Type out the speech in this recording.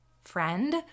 friend